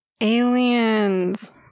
aliens